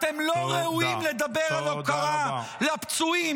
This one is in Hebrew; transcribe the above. אתם לא ראויים לדבר על הוקרה לפצועים,